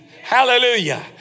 Hallelujah